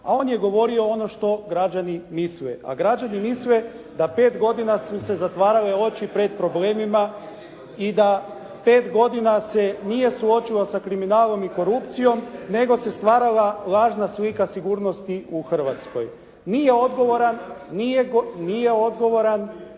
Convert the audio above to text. A on je govorio ono što građani misle, a građani misle da pet godina su se zatvarale oči pred problemima i da pet godina se nije suočio sa kriminalom i korupcijom, nego se stvarala lažna slika sigurnosti u Hrvatskoj. Nije odgovoran onaj tko